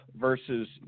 versus